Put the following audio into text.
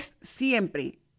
siempre